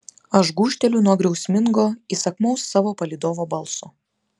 aš gūžteliu nuo griausmingo įsakmaus savo palydovo balso